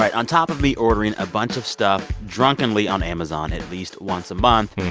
like on top of me ordering a bunch of stuff drunkenly on amazon at least once a month,